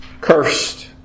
cursed